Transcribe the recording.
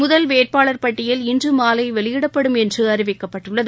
முதல் வேட்பாளர் பட்டியல் இன்று மாலை வெளியிடப்படும் என்று அறிவிக்கப்பட்டுள்ளது